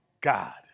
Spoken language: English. God